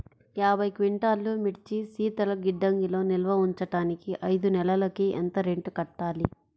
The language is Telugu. యాభై క్వింటాల్లు మిర్చి శీతల గిడ్డంగిలో నిల్వ ఉంచటానికి ఐదు నెలలకి ఎంత రెంట్ కట్టాలి?